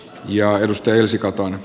jaaritusten ylsi kattoon